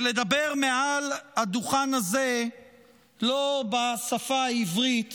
ולדבר מעל הדוכן הזה לא בשפה העברית